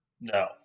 No